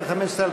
(קוראת בשמות חברי הכנסת) דוד